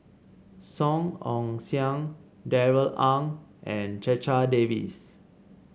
Song Ong Siang Darrell Ang and Checha Davies